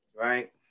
right